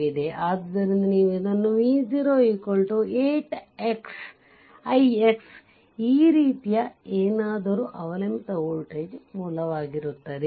ಆದ್ದರಿಂದ ನೀವು ಇದನ್ನು v 0 8ix ಈ ರೀತಿಯ ಏನಾದರೂ ಅವಲಂಬಿತ ವೋಲ್ಟೇಜ್ ಮೂಲವಾಗಿರುತ್ತದೆ